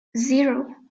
zero